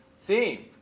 theme